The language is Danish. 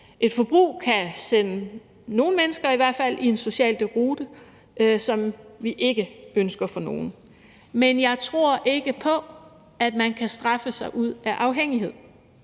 et forbrug kan sende i hvert fald nogle mennesker i en social deroute, som vi ikke ønsker for nogen. Men jeg tror ikke på, at man kan straffe sig ud af afhængighed.